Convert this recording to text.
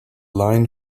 line